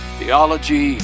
theology